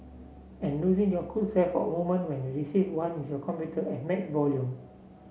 and losing your cool self a moment when you receive one with your computer at max volume